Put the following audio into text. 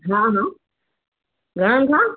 हा हा घणनि खां